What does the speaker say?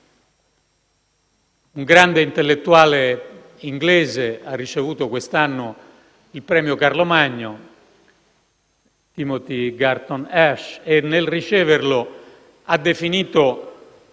Un grande intellettuale inglese ha ricevuto quest'anno il premio Carlo Magno, Timothy Garton Ash, e nel riceverlo ha definito